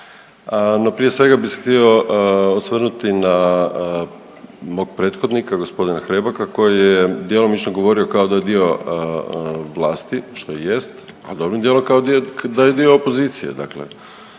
no prije svega bi se htio osvrnuti na mog prethodnika g. Hrebaka koji je djelomično govorio kao da je dio vlasti što i jest, ali dobrim dijelom kao i da je dio opozicije dakle